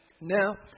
Now